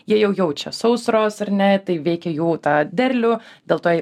jie jau jaučia sausros ar ne tai veikė jų tą derlių dėl to jie